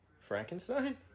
Frankenstein